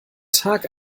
tag